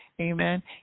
Amen